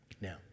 Now